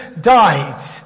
died